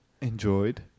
enjoyed